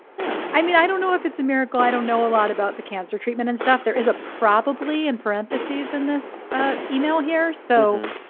yeah. i mean, i don't know if it's a miracle. i don't know a lot about the cancer treatment and stuff. there is a probably in parentheses in this email here, so.